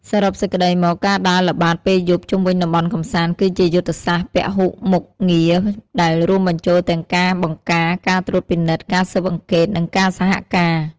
សរុបសេចក្តីមក ការដើរល្បាតពេលយប់ជុំវិញតំបន់កម្សាន្ត គឺជាយុទ្ធសាស្ត្រពហុមុខងារដែលរួមបញ្ចូលទាំងការបង្ការ ការត្រួតពិនិត្យ ការស៊ើបអង្កេត និងការសហការ។